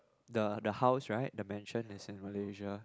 the the house right the mansion is in Malaysia